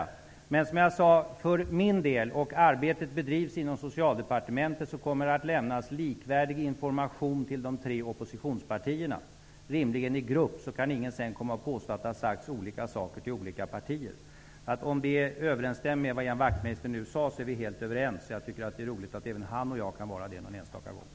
För min del kommer det, som jag sade, och arbetet bedrivs inom Socialdepartementet, att lämnas likvärdig information till de tre oppositionspartierna -- rimligen i grupp, så att ingen sedan kan komma och påstå att det har sagts olika saker till olika partier. Om det överensstämmer med vad Ian Wachtmeister nu sade är vi helt överens. Jag tycker att det är roligt att även han och jag någon enstaka gång kan vara det.